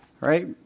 right